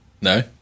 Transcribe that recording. No